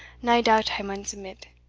nae doubt i maun submit,